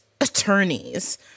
attorneys